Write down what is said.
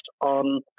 on